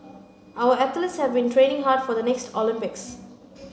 our athletes have been training hard for the next Olympics